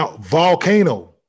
Volcano